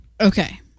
Okay